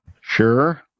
Sure